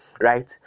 right